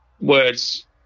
words